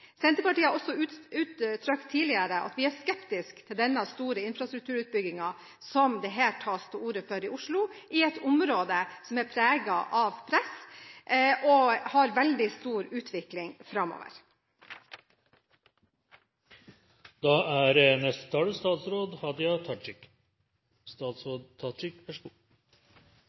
Senterpartiet har også uttrykt tidligere at vi er skeptisk til denne store infrastrukturutbyggingen som det her tas til orde for i Oslo, i et område som er preget av press og har veldig stor utvikling